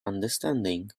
understanding